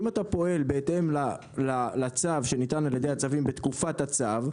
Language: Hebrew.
אם אתה פועל בהתאם לצו שניתן על ידי הצווים בתקופת הצו,